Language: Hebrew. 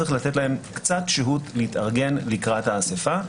צריך לתת להם קצת שהות להתארגן לקראת האספה.